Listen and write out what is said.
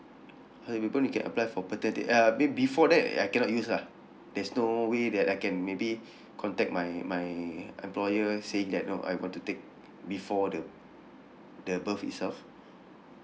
can apply for paternity uh I mean before that I cannot use lah there's no way that I can maybe contact my my employer saying that oh I want to take before the the birth itself